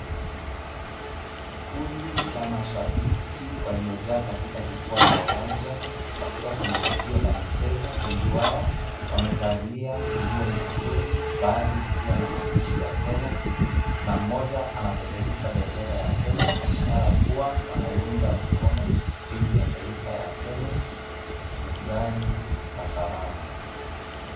Kundi la mashabiki waliojaa katika jukwaa la uwanja wakiwa kwenye tukio la michezo. Wengi wao wamevalia nguo nyekundu baadhi zikiwa na maandishi ya Kenya na mmoja anapeperusha bendera ya Kenya ishara kuwa wanaiunga mkono timu ya taifa ya Kenya kugani Kasarani.